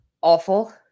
awful